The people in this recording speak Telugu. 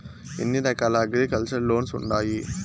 ఎన్ని రకాల అగ్రికల్చర్ లోన్స్ ఉండాయి